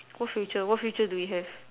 what future what future do we have